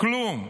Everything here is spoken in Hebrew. כלום.